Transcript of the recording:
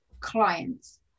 clients